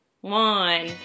one